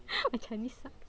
my Chinese sucks